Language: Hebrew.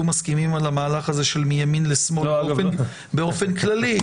מסכימים על המהלך הזה של מימין לשמאל באופן כללי,